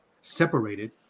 separated